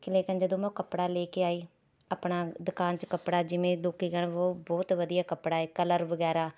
ਲੇਕਿਨ ਜਦੋਂ ਮੈਂ ਉਹ ਕੱਪੜਾ ਲੈ ਕੇ ਆਈ ਆਪਣਾ ਦੁਕਾਨ 'ਚ ਕੱਪੜਾ ਜਿਵੇਂ ਲੋਕ ਕਹਿਣ ਬਹੁ ਬਹੁਤ ਵਧੀਆ ਕੱਪੜਾ ਹੈ ਕਲਰ ਵਗੈਰਾ